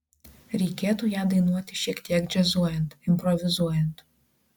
reikėtų ją dainuoti šiek tiek džiazuojant improvizuojant